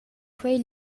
quei